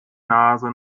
nase